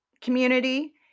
Community